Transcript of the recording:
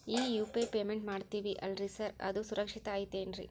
ಈ UPI payment ಮಾಡ್ತೇವಿ ಅಲ್ರಿ ಸಾರ್ ಅದು ಸುರಕ್ಷಿತ್ ಐತ್ ಏನ್ರಿ?